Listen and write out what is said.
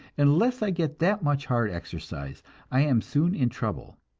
unless i get that much hard exercise i am soon in trouble.